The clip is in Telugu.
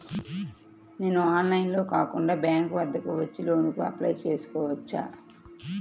నేను ఆన్లైన్లో కాకుండా బ్యాంక్ వద్దకు వచ్చి లోన్ కు అప్లై చేసుకోవచ్చా?